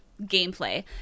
gameplay